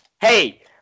hey